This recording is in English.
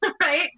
right